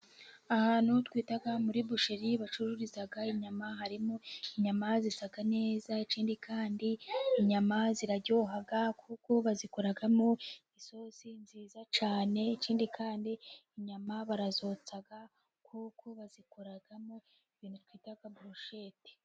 Ahantu twita muri busheri bacururiza inyama. Harimo inyama zishya neza, ikindi kandi inyama ziraryoha kuko bazikoramo isozi nziza cyane. Ikindi kandi inyama barazotsa kuko bazikoramo ibintu twita boroshete.